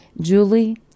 Julie